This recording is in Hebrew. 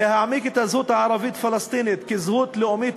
להעמיק את הזהות הערבית-פלסטינית כזהות לאומית